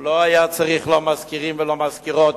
הוא לא היה צריך לא מזכירים ולא מזכירות,